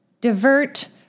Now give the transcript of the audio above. divert